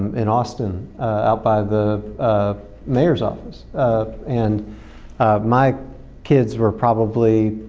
in austin out by the ah mayor's office and my kids were probably,